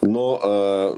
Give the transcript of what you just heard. nu e